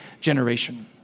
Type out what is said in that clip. generation